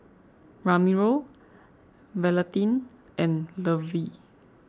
Ramiro Valentin and Levy